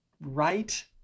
right